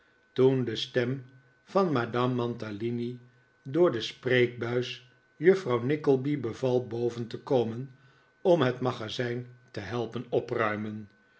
toen de stem van madame mantalini door de spreekbuis juffrouw nickleby beval boven te komen om het magazijn te helpen opruimen